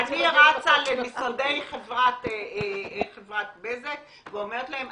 אני רצה למשרדי חברת בזק ואומרת להם,